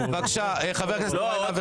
בבקשה, חבר הכנסת יוראי.